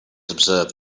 observe